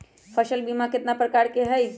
फसल बीमा कतना प्रकार के हई?